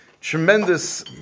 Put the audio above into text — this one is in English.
Tremendous